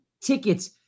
tickets